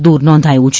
દૂર નોંધાયું છે